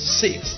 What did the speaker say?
six